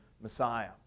Messiah